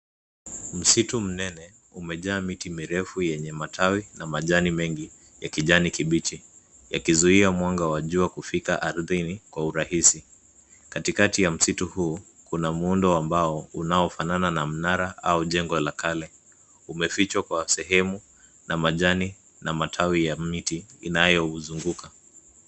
Msitu mnene umejaa miti mirefu yenye matawi na majani mengi ya kijani kibichi yakizuia mwanga wa jua kufika ardhini kwa urahisi, katikati ya msitu huu kuna muundo ambayo unaofanana na mnara ua jengo la kale umefichwa kwa sehemu na majani na matawi ya miti inayouzunguka.